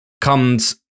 comes